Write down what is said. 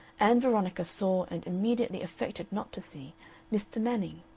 ann veronica saw and immediately affected not to see mr. manning,